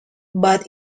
but